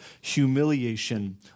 humiliation